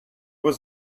was